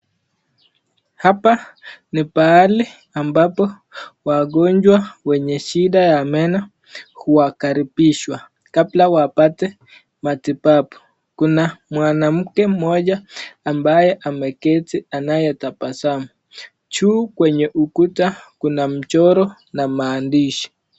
Hapa ni pahali ambapo wagonjwa wenye shida ya meno huakaribishwa kabla wapate matibabu. Kuna mwanamke mmoja ambaye ameketi anayetabasamu. Juu kwenye ukuta kuna mchoro na maandishi.